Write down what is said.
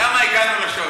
למה הגענו לשעות האלה?